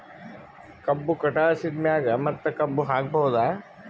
ಕಬ್ಬು ಕಟಾಸಿದ್ ಮ್ಯಾಗ ಮತ್ತ ಕಬ್ಬು ಹಾಕಬಹುದಾ?